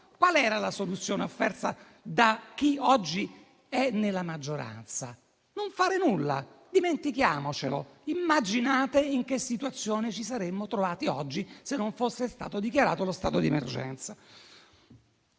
qual era la soluzione offerta da chi oggi è nella maggioranza? Non fare nulla, dimenticarcelo. Immaginate in che situazione ci saremmo trovati oggi, se non fosse stato dichiarato lo stato d'emergenza.